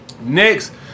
Next